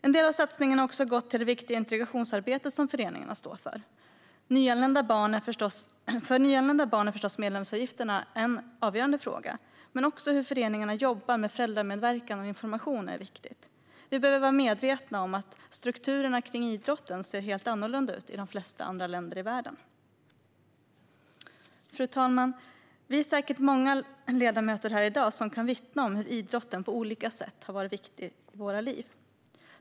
En del av satsningen har också gått till det viktiga integrationsarbete som föreningarna står för. För nyanlända barn är förstås medlemsavgiften en avgörande fråga, men det är också viktigt hur föreningarna jobbar med föräldramedverkan och information. Vi behöver vara medvetna om att strukturerna kring idrotten ser helt annorlunda ut i de flesta andra länder i världen. Fru talman! Vi är säkert många ledamöter här i dag som kan vittna om hur idrotten på olika sätt har varit viktig i våra liv.